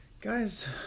Guys